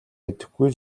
мэдэхгүй